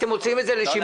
אתם מוציאים את זה לשימוע?